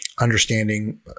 understanding